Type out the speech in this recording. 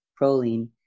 proline